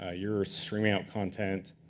ah you're streaming out content,